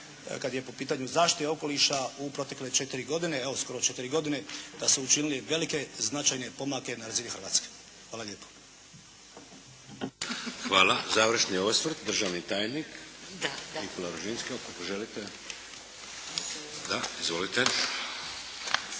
kad je po pitanju zaštite okoliša u protekle četiri godine, evo skoro četiri godine da su učinili velike značajne pomake na razini Hrvatske. Hvala lijepo. **Šeks, Vladimir (HDZ)** Hvala. Završni osvrt, državni tajnik Nikola Ružinski ako želite. Da. Izvolite.